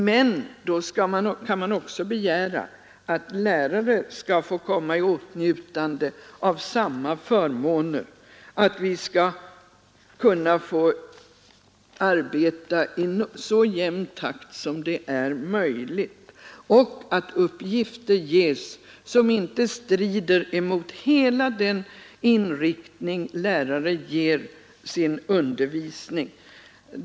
Men då kan man också begära att lärare skall få komma i åtnjutande av samma förmåner, att vi skall kunna få arbeta i så jämn takt som möjligt, och att uppgifter ges som inte strider mot hela den inriktning lärare ger sin undervisning.